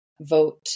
vote